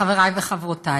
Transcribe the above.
חבריי וחברותיי,